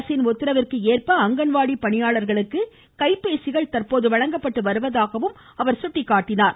அரசின் உத்தரவிற்கு ஏற்ப அங்கன்வாடி பணியாளர்களுக்கு கைபேசிகள் வழங்கப்பட்டு வருவதாகவும் அவர் சுட்டிக்காட்டினார்